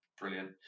brilliant